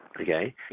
okay